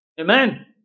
Amen